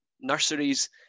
nurseries